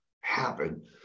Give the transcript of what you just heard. happen